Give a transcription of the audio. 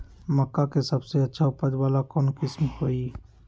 मक्का के सबसे अच्छा उपज वाला कौन किस्म होई?